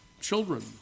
Children